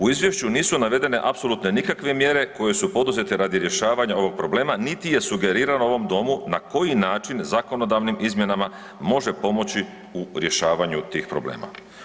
U izvješću nisu navedene apsolutno nikakve mjere koje su poduzete radi rješavanja ovog problema niti je sugerirano ovom domu na koji način zakonodavnim izmjenama može pomoći u rješavanju tih problema.